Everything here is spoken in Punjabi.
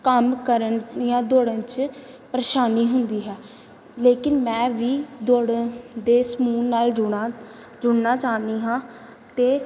ਕੰਮ ਕਰਨ ਜਾਂ ਦੌੜਨ 'ਚ ਪਰੇਸ਼ਾਨੀ ਹੁੰਦੀ ਹੈ ਲੇਕਿਨ ਮੈਂ ਵੀ ਦੌੜਨ ਦੇ ਸਮੂਹ ਨਾਲ ਜੁੜਾਂ ਜੁੜਨਾ ਚਾਹੁੰਦੀ ਹਾਂ ਅਤੇ